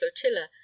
flotilla